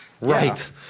right